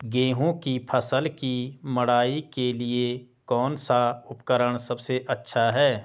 गेहूँ की फसल की मड़ाई के लिए कौन सा उपकरण सबसे अच्छा है?